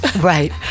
Right